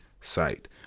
site